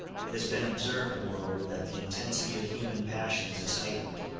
it has been observed, moreover, that the intensity of human passions is heightened,